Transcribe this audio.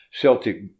Celtic